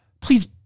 please